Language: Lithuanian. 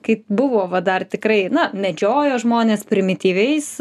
kai buvo va dar tikrai na medžiojo žmonės primityviais